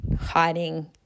hiding